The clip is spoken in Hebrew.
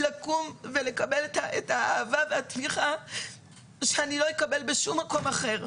לקום ולקבל את האהבה והתמיכה שאני לא אקבל בשום מקום אחר.